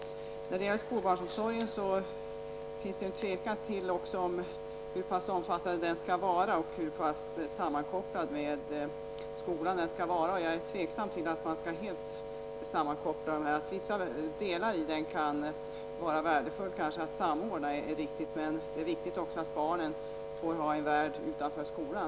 När det gäller skolbarnsomsorgen finns det också en osäkerhet om hur pass omfattande den skall vara och hur pass sammankopplad med skolan den skall vara. Jag känner mig tveksam till att koppla samman dem helt. Att det kan vara värdefullt att samordna vissa delar är riktigt, men det är också viktigt att barnen får ha en värld utanför skolan.